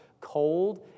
cold